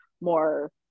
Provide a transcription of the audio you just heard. more